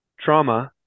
trauma